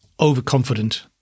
overconfident